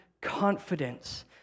confidence